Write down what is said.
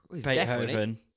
Beethoven